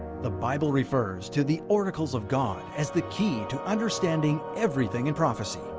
the bible refers to the oracles of god as the key to understanding everything in prophecy,